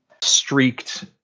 streaked